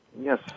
Yes